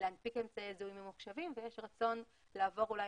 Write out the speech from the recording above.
להנפיק אמצעי זיהוי ממוחשבים ויש רצון לעבור אולי